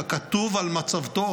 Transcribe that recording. ככתוב על מצבתו,